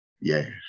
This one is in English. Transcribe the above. Yes